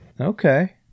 Okay